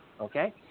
okay